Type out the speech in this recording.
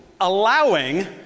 allowing